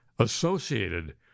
associated